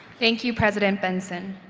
thank you president benson.